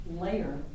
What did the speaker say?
layer